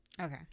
Okay